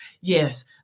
Yes